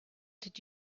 did